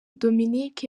dominic